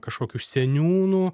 kažkokių seniūnų